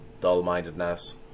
dull-mindedness